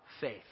faith